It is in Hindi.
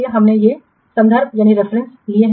हमने इन संदर्भों से लिया है